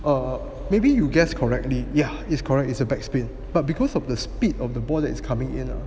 err maybe you guessed correctly yeah it's correct it's a back spin but because of the speed of the ball is coming in lah